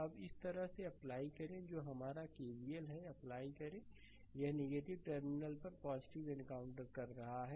अब इस तरह से अप्लाई करें जो हमारा केवीएल है अप्लाई करें यह टर्मिनल पर एनकाउंटर कर रहा है